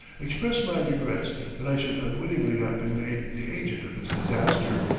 express my regrets that i should unwittingly have been made the agent of this disaster,